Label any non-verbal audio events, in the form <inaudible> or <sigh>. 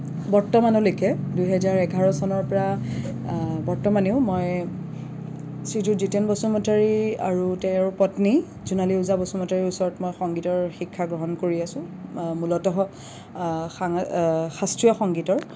বৰ্তমানলৈকে দুহেজাৰ এঘাৰ চনৰ পৰা বৰ্তমানেও মই শ্ৰীযুত জিতেন বসুমতাৰী আৰু তেওঁৰ পত্নী জোনালী ওজা বসুমতাৰীৰ ওচৰত মই সংগীতৰ শিক্ষা গ্ৰহণ কৰি আছোঁ মূলত হওঁক <unintelligible> শাস্ত্ৰীয় সংগীতৰ